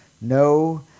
No